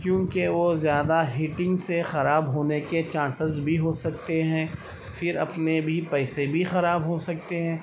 کیوںکہ وہ زیادہ ہیٹنگ سے خراب ہونے کے چانسیز بھی ہو سکتے ہیں پھر اپنے بھی پیسے بھی خراب ہو سکتے ہیں